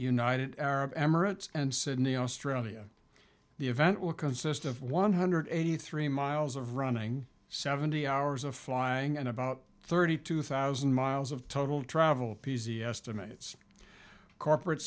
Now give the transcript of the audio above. united arab emirates and sydney australia the event will consist of one hundred eighty three miles of running seventy hours of flying and about thirty two thousand miles of total travel p z estimates corporate